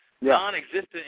Non-existent